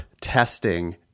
testing